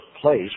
place